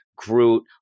Groot